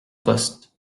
poste